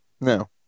No